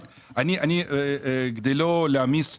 כדי לא להעמיס.